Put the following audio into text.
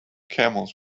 camels